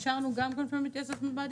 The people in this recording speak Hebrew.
אישרנו גם Conformity Assessment Body